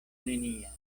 nenia